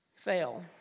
Fail